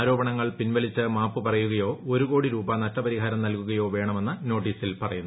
ആരോപണങ്ങൾ പിൻവലിച്ച് മാപ്പു പറയുകയോ ഒരു കോടി രൂപ നഷ്ടപരിഹാരം നൽകുകയോ വേണമെന്ന് നോട്ടീസിൽ പറയുന്നു